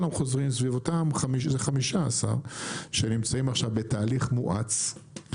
אלו 15 שנמצאים עכשיו בתהליך מואץ,